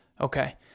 Okay